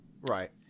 Right